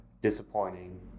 disappointing